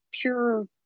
pure